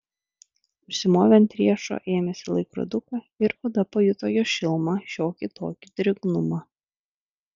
užsimovė ant riešo ėmėsi laikroduką ir oda pajuto jo šilumą šiokį tokį drėgnumą